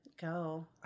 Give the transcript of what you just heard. go